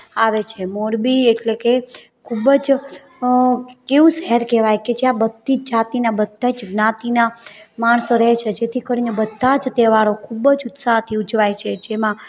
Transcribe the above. આવે છે મોરબી એટલે કે ખૂબ જ કેવું શહેર કહેવાય કે જ્યાં બધી જાતિના બધા જ જ્ઞાતિના માણસો રહે છે જેથી કરીને બધા જ તહેવારો ખૂબ જ ઉત્સાહથી ઉજવાય છે જેમાં